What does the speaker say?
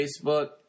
Facebook